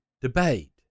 Debate